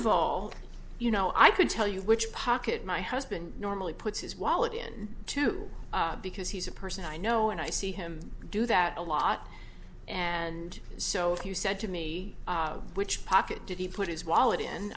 of all you know i can tell you which pocket my husband normally puts his wallet in too because he's a person i know and i see him do that a lot and so you said to me which pocket did he put his wallet